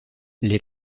les